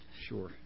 Sure